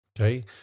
Okay